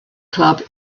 club